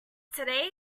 today